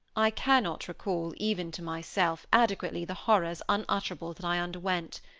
i cannot recall, even to myself, adequately the horrors unutterable that i underwent.